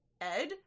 Ed